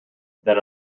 than